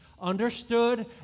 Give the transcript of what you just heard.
understood